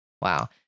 Wow